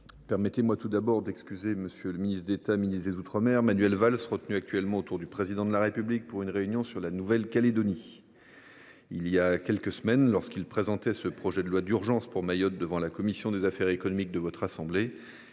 l’absence aujourd’hui de M. le ministre d’État, ministre des outre mer, Manuel Valls, retenu actuellement auprès du Président de la République pour une réunion sur la Nouvelle Calédonie. Il y a quelques semaines, lorsqu’il présentait ce projet de loi d’urgence pour Mayotte devant la commission des affaires économiques de votre assemblée,